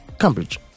Cambridge